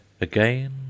again